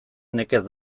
nekez